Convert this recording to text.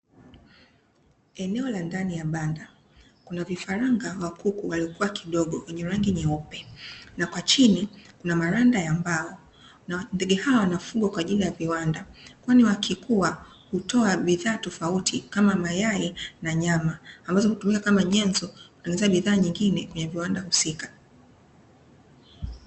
Eneo la ndani ya banda, kuna vifaranga wa kuku waliokuwa kidogo, wenye rangi nyeupe na kwa chini kuna maranda ya mbao. Ndege hawa wanafugwa kwa ajili ya viwanda, kwani wakikua hutoa bidhaa tofauti kama mayai na nyama ambazo hutumika kama nyenzo, kutengeneza bidhaa nyingine kwenye viwanda husika.